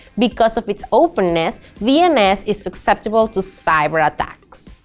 because of its openness, dns is susceptible to cyber attacks.